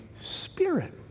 spirit